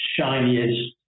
shiniest